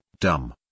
dumb